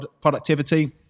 productivity